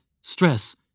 stress